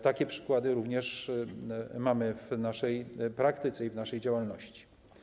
Takie przykłady również mamy w naszej praktyce i działalności.